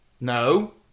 No